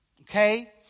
Okay